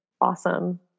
Awesome